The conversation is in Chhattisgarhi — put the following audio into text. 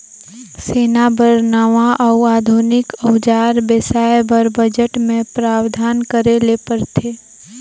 सेना बर नावां अउ आधुनिक अउजार बेसाए बर बजट मे प्रावधान करे ले परथे